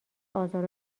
آزار